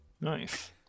Nice